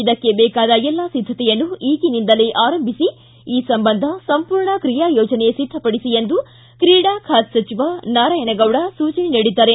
ಇದಕ್ಕೆ ಬೇಕಾದ ಎಲ್ಲ ಒದ್ದತೆಯನ್ನು ಈಗಿನಿಂದಲೇ ಆರಂಭಿಸಿ ಈ ಸಂಬಂಧ ಸಂಪೂರ್ಣ ಕ್ರಿಯಾಯೊಜನೆ ಸಿದ್ಧಪಡಿಸಿ ಎಂದು ಕ್ರೀಡಾ ಖಾತೆ ಸಚಿವ ನಾರಾಯಣಗೌಡ ಸೂಚನೆ ನೀಡಿದ್ದಾರೆ